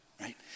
Right